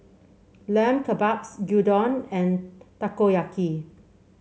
Lamb Kebabs Gyudon and Takoyaki